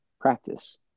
practice